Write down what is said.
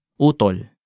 utol